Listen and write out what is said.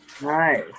Nice